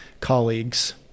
colleagues